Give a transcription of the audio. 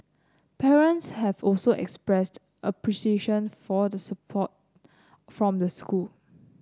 parents have also expressed appreciation for the support from the school